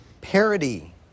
Parody